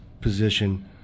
position